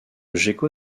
gecko